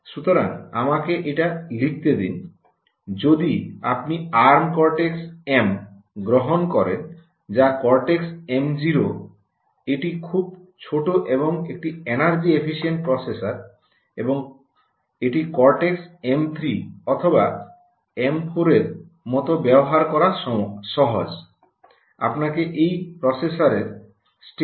সুতরাং আমাকে এটা লিখতে দিন যদি আপনি আর্ম কর্টেক্স এম গ্রহণ করেন যা কর্টেক্স এম 0 এটি খুব ছোট এবং একটি এনার্জি এফিশিয়েন্ট প্রসেসর এবং এটি কর্টেক্স এম 3 অথবা এম 4 এর মতো ব্যবহার করা সহজ